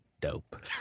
dope